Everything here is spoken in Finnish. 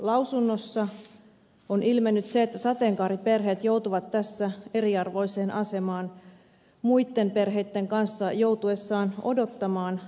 setan lausunnossa on ilmennyt se että sateenkaariperheet joutuvat tässä eriarvoiseen asemaan muiden perheiden kanssa joutuessaan odottamaan adoptioprosessia